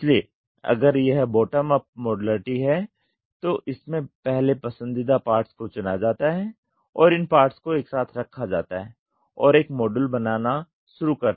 इसलिए अगर यह बॉटम अप मॉड्युलरिटी हैं तो इसमें पहले पसंदीदा पार्ट्स को चुना जाता है और इन पार्ट्स को एक साथ रखा जाता है और एक मॉड्यूल बनाना शुरू करते हैं